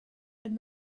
and